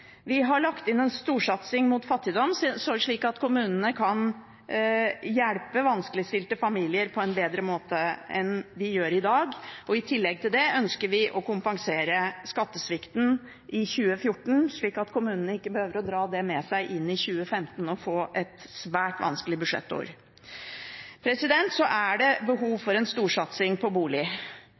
Vi har lagt inn en storsatsing mot fattigdom, slik at kommunene kan hjelpe vanskeligstilte familier på en bedre måte enn de gjør i dag, og i tillegg til det ønsker vi å kompensere skattesvikten i 2014, slik at kommunene ikke behøver å dra det med seg inn i 2015 og få et svært vanskelig budsjettår. Så er det behov for en storsatsing på bolig.